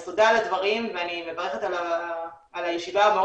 אז תודה על הדברים ואני מברכת על הישיבה המאוד